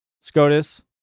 SCOTUS